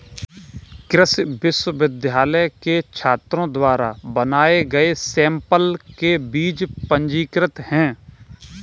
कृषि विश्वविद्यालय के छात्रों द्वारा बनाए गए सैंपल के बीज पंजीकृत हैं